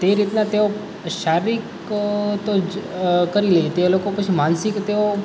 તે રીતનાં તેઓ શારીરિક તો જ કરી લે તે લોકો પછી માનસિક તેઓ